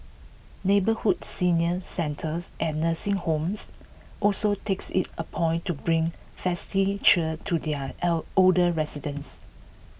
neighbourhood senior centres and nursing homes also takes IT A point to bring festive cheer to their L older residents